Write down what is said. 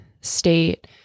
state